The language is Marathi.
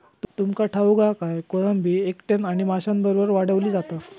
तुमका ठाऊक हा काय, कोळंबी एकट्यानं आणि माशांबरोबर वाढवली जाता